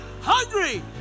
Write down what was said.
hungry